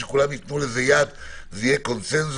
שכולם יתנו לזה יד וזה יהיה בקונצנזוס,